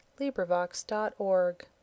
LibriVox.org